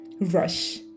rush